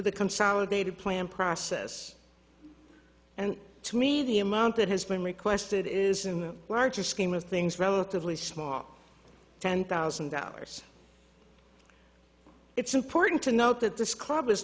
the consolidated plan process and to me the amount that has been requested is in the larger scheme of things relatively small ten thousand dollars it's important to note that this club is